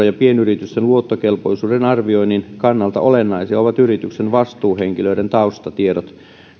ja pienyritysten luottokelpoisuuden arvioinnin kannalta olennaisia ovat yrityksen vastuuhenkilöiden taustatiedot